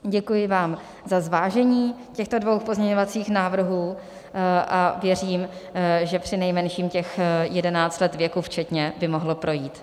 Děkuji vám za zvážení těchto dvou pozměňovacích návrhů a věřím, že přinejmenším těch 11 let věku včetně by mohlo projít.